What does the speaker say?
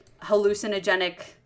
hallucinogenic